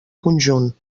conjunt